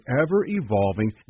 ever-evolving